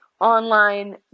online